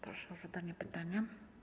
Proszę o zadanie pytania.